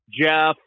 Jeff